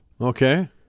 Okay